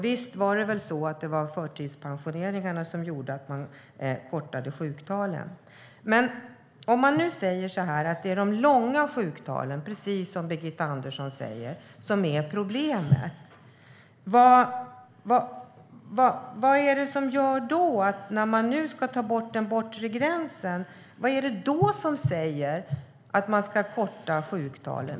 Visst var det väl förtidspensioneringarna som gjorde att man kortade sjuktalen? Om ni nu ska ta bort den bortre gränsen, som Phia Andersson säger, vad är det då som säger att sjuktalen minskar?